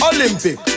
Olympic